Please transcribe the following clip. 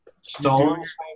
stones